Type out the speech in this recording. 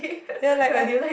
ya like I